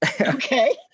Okay